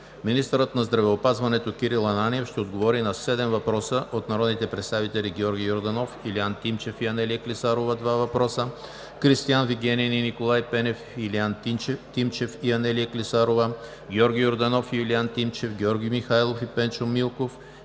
министърът на здравеопазването Кирил Ананиев ще отговори на седем въпроса от народните представители Георги Йорданов, Илиян Тимчев и Анелия Клисарова – два въпроса; Кристиан Вигенин и Николай Пенев; Илиян Тимчев и Анелия Клисарова; Георги Йорданов и Илиян Тимчев; Георги Михайлов и Пенчо Милков;